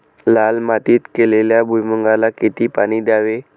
लाल मातीत केलेल्या भुईमूगाला किती पाणी द्यावे?